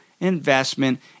investment